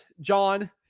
John